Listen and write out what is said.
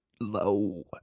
low